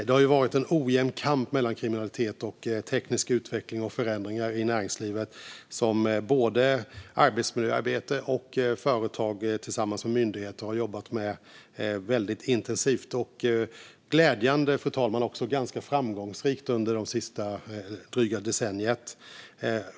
Det har varit en ojämn kamp mellan kriminalitet och teknisk utveckling och förändringar i näringslivet som både arbetsmiljöarbete och företag tillsammans med myndigheter har jobbat med väldigt intensivt. Glädjande nog, fru talman, har det också varit ganska framgångsrikt under det senaste decenniet, lite drygt.